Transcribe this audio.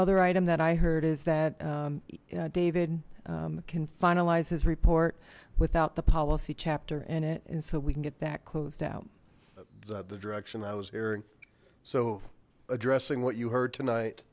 other item that i heard is that david can finalize his report without the policy chapter in it and so we can get that closed out the direction i was airing so addressing what you heard tonight